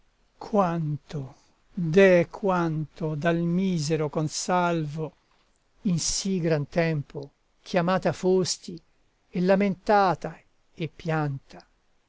quanto deh quanto dal misero consalvo in sì gran tempo chiamata fosti e lamentata e pianta